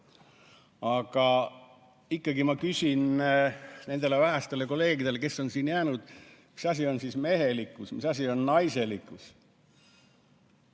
Aga ikkagi ma küsin nendelt vähestelt kolleegidelt, kes on siia jäänud: mis asi on mehelikkus, mis asi on naiselikkus?